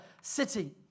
city